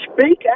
speak